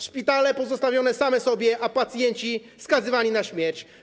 Szpitale pozostawione same sobie, a pacjenci skazywani na śmierć.